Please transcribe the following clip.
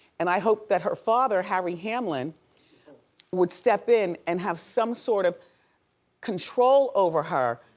and i hope that her father harry hamlin would step in and have some sort of control over her,